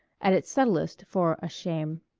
at its subtlest for a shame.